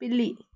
పిల్లి